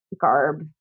garb